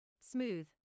smooth